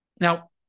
Now